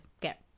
get